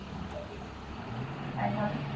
আচ্ছা ঠিক আছে তাই হবে